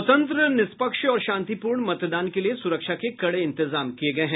स्वतंत्र निष्पक्ष और शांतिपूर्ण मतदान के लिए सुरक्षा के कड़े इंतजाम किये गये हैं